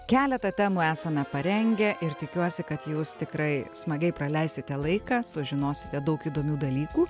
keletą temų esame parengę ir tikiuosi kad jūs tikrai smagiai praleisite laiką sužinosite daug įdomių dalykų